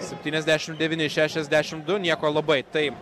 septyniasdešimt devyni šešiasdešimt du nieko labai tai